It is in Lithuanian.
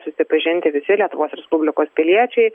susipažinti visi lietuvos respublikos piliečiai